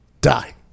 die